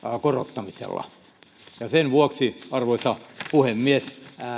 korottamisella sen vuoksi arvoisa puhemies